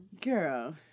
Girl